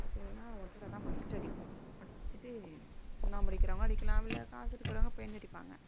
பார்த்திங்கன்னா ஒட்டடை தான் ஃபஸ்ட்டு அடிப்போம் அடிச்சிட்டு சுண்ணாம்பு அடிக்கிறவங்கள் அடிக்கலாம் இல்லை காசு இருக்கிறவங்க பெயிண்ட் அடிப்பாங்கள்